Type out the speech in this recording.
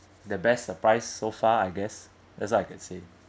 the best surprise so far I guess that's all I could say